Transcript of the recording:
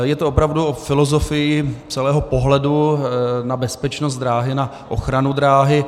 Je to opravdu o filozofii celého pohledu na bezpečnost dráhy, na ochranu dráhy.